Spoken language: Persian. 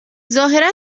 ظاهرا